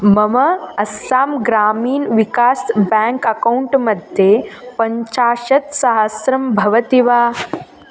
मम अस्सां ग्रामीन् विकास् बेङ्क् अकौण्ट् मध्ये पञ्चाशत् सहस्रं भवति वा